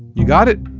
you got it?